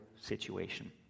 situation